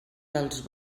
dels